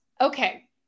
Okay